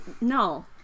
No